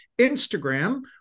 Instagram